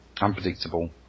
unpredictable